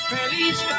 Feliz